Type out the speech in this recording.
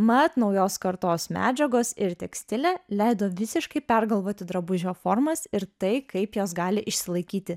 mat naujos kartos medžiagos ir tekstilė leido visiškai pergalvoti drabužio formas ir tai kaip jos gali išsilaikyti